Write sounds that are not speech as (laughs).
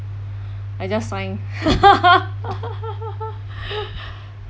I just sign (laughs)